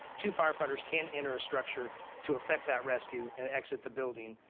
two firefighters can enter a structure to effect that rescue and exit the building.